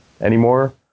anymore